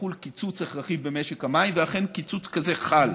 יחול קיצוץ הכרחי במשק המים, ואכן, קיצוץ כזה חל.